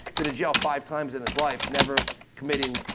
but jail five times in his life never committing